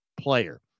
player